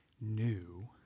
new